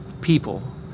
people